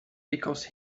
because